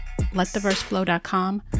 lettheverseflow.com